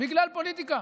בגלל פוליטיקה.